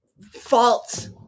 fault